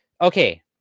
Okay